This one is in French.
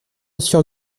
sieur